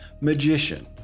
magician